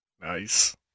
Nice